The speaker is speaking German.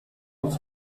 auf